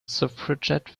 suffragette